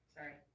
Sorry